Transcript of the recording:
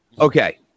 Okay